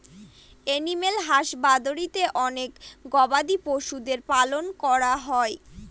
animal হাসবাদরীতে অনেক গবাদি পশুদের পালন করা হয়